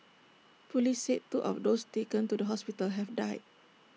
Police said two of those taken to the hospital have died